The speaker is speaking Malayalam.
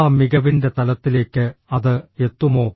ആ മികവിന്റെ തലത്തിലേക്ക് അത് എത്തുമോ